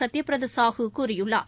சத்யபிரதா சாஹூ கூறியுள்ளார்